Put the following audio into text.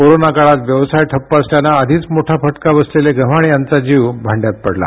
corona काळात व्यवसाय ठप्प असल्यान आधीच मोठा फटका बसलेले गव्हाणे यांचा जीव भाङ्यात पडला